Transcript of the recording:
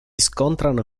scontrarono